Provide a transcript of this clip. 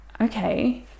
okay